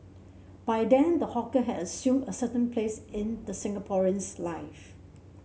by then the hawker had assumed a certain place in the Singaporean's life